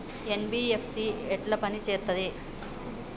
NBFC ఎట్ల పని చేత్తది?